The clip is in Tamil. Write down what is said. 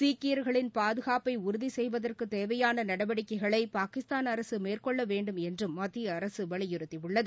சீக்கியர்களின் பாதுகாப்பை உறுதி செய்வதற்கு தேவையான நடவடிக்கைகளை பாகிஸ்தான் அரசு மேற்கொள்ள வேண்டும் என்றும் மத்திய அரசு வலியுறுத்தியுள்ளது